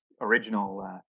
original